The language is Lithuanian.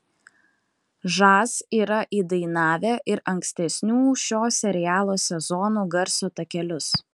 žas yra įdainavę ir ankstesnių šio serialo sezonų garso takelius